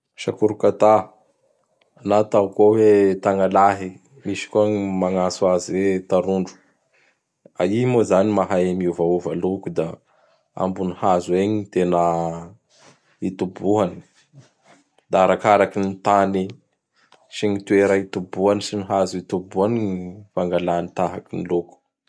Sakorikata na atao koa hoe Tagnalahy, misy koa ny magnatso azy hoe Tarondro. I moa izany mahay miovaova loko; da ambony hazo egny ny tena itobohany. Da arakaraky gny tany sy gny toera itobohany sy gny hazo itobohany gny fangalany tahaky ny loko.